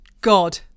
God